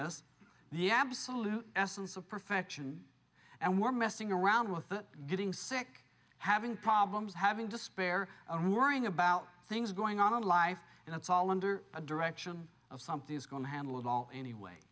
absolute essence of perfection and we're messing around with it getting sick having problems having despair and worrying about things going on in life and it's all under a direction of something is going to handle it all anyway